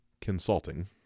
Consulting